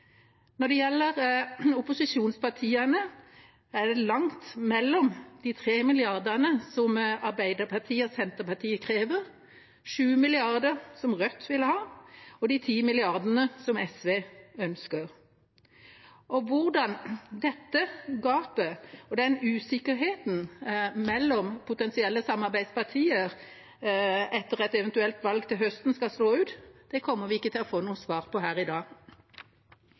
Når det gjelder opposisjonspartiene, er det langt mellom de tre milliardene som Arbeiderpartiet og Senterpartiet krever, de sju milliardene som Rødt vil ha, og de ti milliardene som SV ønsker. Hvordan dette gapet og den usikkerheten mellom potensielle samarbeidspartier etter et valg til høsten vil slå ut, kommer vi ikke til å få noe svar på her i dag.